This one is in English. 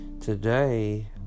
Today